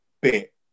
bit